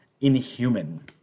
inhuman